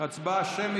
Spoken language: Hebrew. הצבעה שמית.